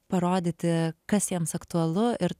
parodyti kas jiems aktualu ir